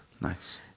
Nice